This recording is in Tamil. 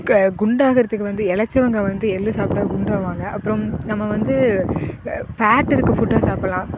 குண்டாகிறத்துக்கு வந்து இளச்சவங்க வந்து எள்ளு சாப்பிட குண்டாக ஆவாங்க அப்புறம் நம்ம வந்து ஃபேட் இருக்கற ஃபுட்டாக சாப்பிட்லாம்